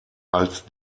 als